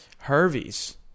Harvey's